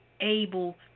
able